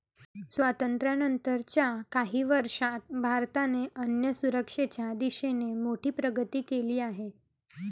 स्वातंत्र्यानंतर च्या काही वर्षांत भारताने अन्नसुरक्षेच्या दिशेने मोठी प्रगती केली आहे